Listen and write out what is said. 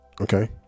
okay